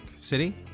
City